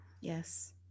Yes